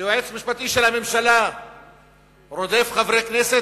שיועץ משפטי של הממשלה רודף חברי כנסת